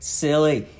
silly